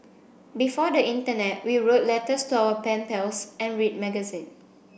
before the internet we wrote letters to our pen pals and read magazine